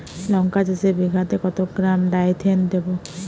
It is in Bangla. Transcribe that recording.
লঙ্কা চাষে বিঘাতে কত গ্রাম ডাইথেন দেবো?